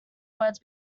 words